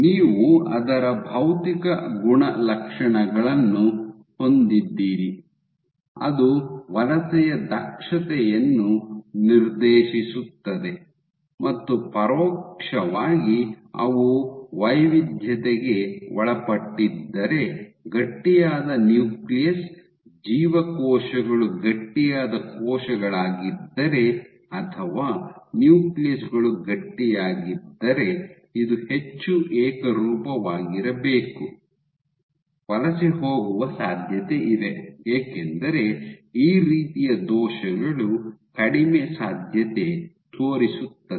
ನೀವು ಅದರ ಭೌತಿಕ ಗುಣಲಕ್ಷಣಗಳನ್ನು ಹೊಂದಿದ್ದೀರಿ ಅದು ವಲಸೆಯ ದಕ್ಷತೆಯನ್ನು ನಿರ್ದೇಶಿಸುತ್ತದೆ ಮತ್ತು ಪರೋಕ್ಷವಾಗಿ ಅವು ವೈವಿಧ್ಯತೆಗೆ ಒಳಪಟ್ಟಿದ್ದರೆ ಗಟ್ಟಿಯಾದ ನ್ಯೂಕ್ಲಿಯಸ್ ಜೀವಕೋಶಗಳು ಗಟ್ಟಿಯಾದ ಕೋಶಗಳಾಗಿದ್ದರೆ ಅಥವಾ ನ್ಯೂಕ್ಲಿಯಸ್ ಗಳು ಗಟ್ಟಿಯಾಗಿದ್ದರೆ ಇದು ಹೆಚ್ಚು ಏಕರೂಪವಾಗಿರಬೇಕು ವಲಸೆ ಹೋಗುವ ಸಾಧ್ಯತೆಯಿದೆ ಏಕೆಂದರೆ ಈ ರೀತಿಯ ದೋಷಗಳು ಕಡಿಮೆ ಸಾಧ್ಯತೆ ತೋರಿಸುತ್ತದೆ